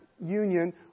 union